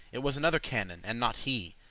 it was another canon, and not he,